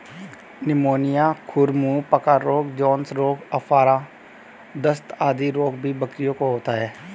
pneumonia, खुर मुँह पका रोग, जोन्स रोग, आफरा, दस्त आदि रोग भी बकरियों को होता है